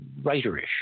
Writerish